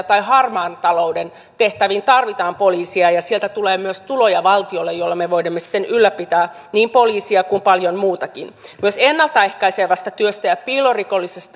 tai harmaan talouden tehtäviin tarvitaan poliisia ja sieltä tulee valtiolle myös tuloja joilla me voimme sitten ylläpitää niin poliisia kuin paljon muutakin myös ennalta ehkäisevästä työstä ja piilorikollisuuden